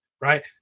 right